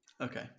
Okay